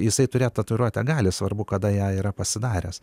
jisai turėjo tatuiruotę gali svarbu kada ją yra pasidaręs